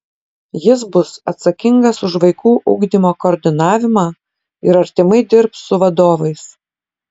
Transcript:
jis bus atsakingas už vaikų ugdymo koordinavimą ir artimai dirbs su vadovais